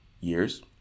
years